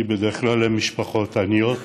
ובדרך כלל הן משפחות עניות,